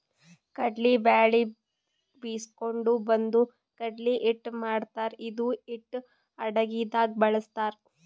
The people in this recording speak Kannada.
ಕಡ್ಲಿ ಬ್ಯಾಳಿ ಬೀಸ್ಕೊಂಡು ಬಂದು ಕಡ್ಲಿ ಹಿಟ್ಟ್ ಮಾಡ್ತಾರ್ ಇದು ಹಿಟ್ಟ್ ಅಡಗಿದಾಗ್ ಬಳಸ್ತಾರ್